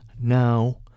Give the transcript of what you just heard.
now